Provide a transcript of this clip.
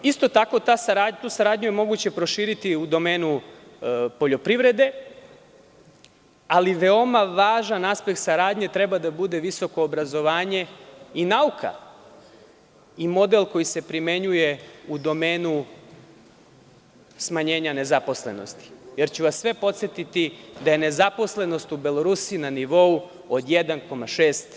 Isto tako tu saradnju je moguće proširiti u domenu poljoprivrede, ali veoma važan aspekt saradnje treba da bude visoko obrazovanje i nauka i model koji se primenjuje u domenu smanjenja nezaposlenosti, jer ću vas podsetiti da je nezaposlenost u Belorusiji na nivou od 1,6%